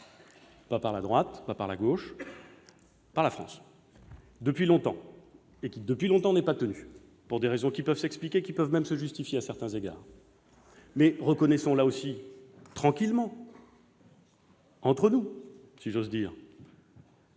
mais par la France. Cet engagement a été pris depuis longtemps et, depuis longtemps, il n'est pas tenu, pour des raisons qui peuvent s'expliquer et qui peuvent même se justifier à certains égards. Mais reconnaissons là aussi, tranquillement- entre nous, si j'ose dire